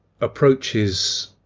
approaches